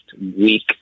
week